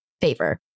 favor